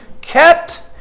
kept